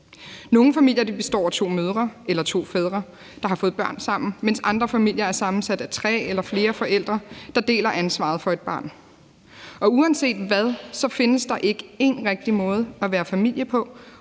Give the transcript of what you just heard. Nogle familier består af to mødre eller to fædre, der har fået børn sammen, mens andre familier er sammensat af tre eller flere forældre, der deler ansvaret for et barn. Og uanset hvad findes der ikke èn rigtig måde at være familie på,